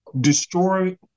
destroy